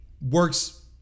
works